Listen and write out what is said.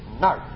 no